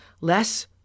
less